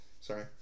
Sorry